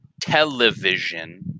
television